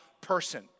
person